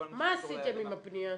מה עשיתם עם הפנייה?